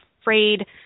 afraid